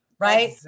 Right